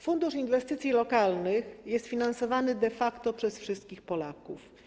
Fundusz inwestycji lokalnych jest finansowany de facto przez wszystkich Polaków.